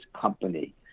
company